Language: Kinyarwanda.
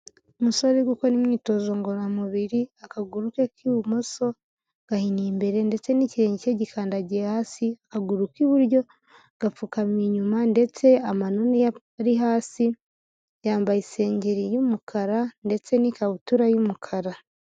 Umusore uri gukora imyitozo ngororamubiri, akaguru ke k'ibumoso gahiniye imbere, ndetse n'igikirenge cye gikandagiye hasi, akaguru k'iburyo gapfukamye inyuma, ndetse amano niyo ari hasi, yambaye isengeri y'umukara ndetse n'ikabutura y'umukara.